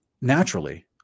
naturally